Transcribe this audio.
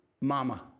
mama